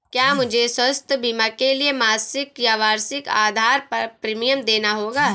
क्या मुझे स्वास्थ्य बीमा के लिए मासिक या वार्षिक आधार पर प्रीमियम देना होगा?